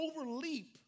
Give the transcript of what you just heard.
overleap